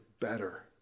better